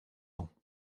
ans